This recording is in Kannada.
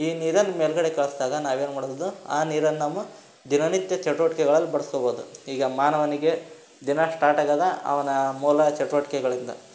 ಈ ನೀರನ್ನು ಮೇಲುಗಡೆ ಕಳಿಸ್ದಾಗ ನಾವು ಏನು ಮಾಡ್ಬೋದು ಆ ನೀರನ್ನು ನಾವು ದಿನನಿತ್ಯ ಚಟುವಟ್ಕೆಗಳಲ್ಲಿ ಬಳಸ್ಕೋಬೋದು ಈಗ ಮಾನವನಿಗೆ ದಿನ ಸ್ಟಾರ್ಟ್ ಆಗೋದೆ ಅವನ ಮೂಲ ಚಟುವಟ್ಕೆಗಳಿಂದ